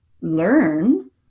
learn